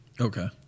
Okay